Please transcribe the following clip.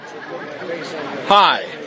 Hi